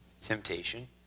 temptation